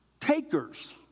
Takers